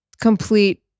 complete